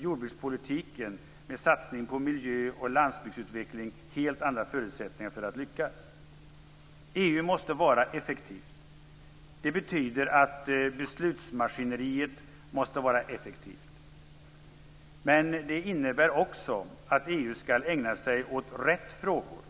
jordbrukspolitik med satsning på miljö och landsbygdsutveckling helt andra förutsättningar att lyckas. EU måste vara effektivt. Det betyder att beslutsmaskineriet måste vara effektivt. Men det innebär också att EU skall ägna sig åt rätt frågor.